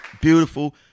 Beautiful